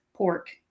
pork